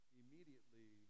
immediately